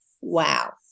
Wow